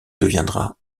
deviendra